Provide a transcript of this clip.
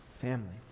family